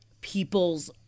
people's